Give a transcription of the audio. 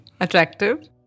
attractive